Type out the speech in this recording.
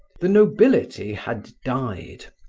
the nobility had died,